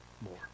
more